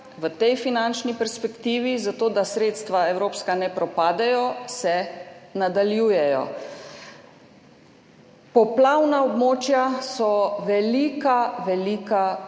v tej finančni perspektivi, zato da evropska sredstva ne propadejo, se nadaljujejo. Poplavna območja so velika velika